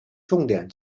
重点